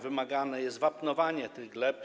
Wymagane jest wapnowanie tych gleb.